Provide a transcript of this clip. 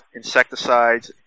insecticides